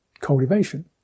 cultivation